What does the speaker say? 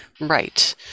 Right